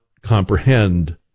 comprehend